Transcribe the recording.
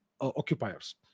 occupiers